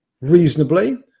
reasonably